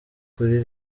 kuri